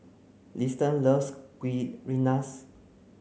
Liston loves Kuih Rengas